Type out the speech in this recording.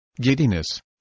giddiness